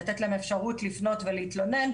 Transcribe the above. לתת להם אפשרות לפנות ולהתלונן.